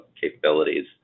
capabilities